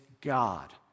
God